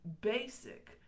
basic